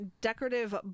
decorative